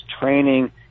training